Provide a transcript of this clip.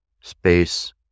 Space